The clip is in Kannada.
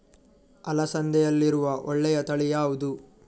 ಅಲಸಂದೆಯಲ್ಲಿರುವ ಒಳ್ಳೆಯ ತಳಿ ಯಾವ್ದು?